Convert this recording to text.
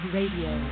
Radio